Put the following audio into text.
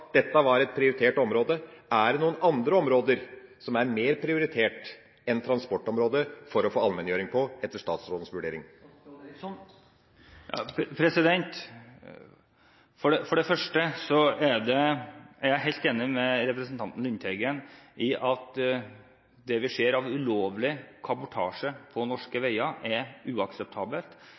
dette var et prioritert område. Er det noen andre områder som er mer prioritert for allmenngjøring enn transportområdet, etter statsrådens vurdering? For det første er jeg helt enig med representanten Lundteigen i at det vi ser av ulovlig kabotasje på norske veier, er uakseptabelt.